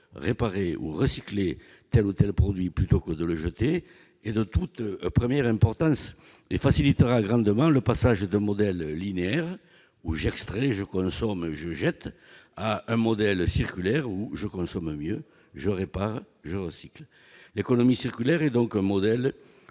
réparer ou recycler tel produit et non tel autre est de toute première importance, et cela facilitera grandement le passage du modèle linéaire actuel- j'extrais, je consomme, je jette -au modèle circulaire- je consomme mieux, je répare, je recycle. L'économie circulaire est un modèle